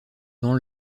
dans